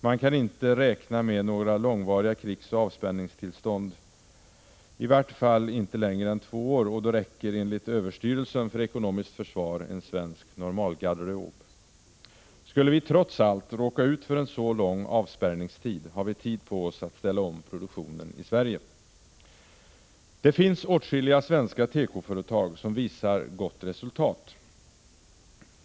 Man kan inte räkna med några långvariga krigsoch avspänningstillstånd, i vart fall inte längre än två år, och då räcker enligt överstyrelsen för ekonomiskt försvar en svensk normalgarderob. Skulle vi trots allt råka ut för en så lång avspärrningstid, har vi tid på oss att ställa om produktionen i Sverige. Det finns åtskilliga svenska tekoföretag som visar gott resultat.